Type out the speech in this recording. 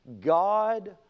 God